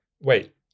Wait